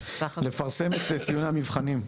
--- לפרסם את ציוני המבחנים,